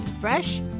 fresh